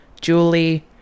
Julie